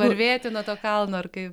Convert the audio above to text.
varvėti nuo to kalno ar kaip